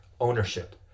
ownership